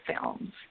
films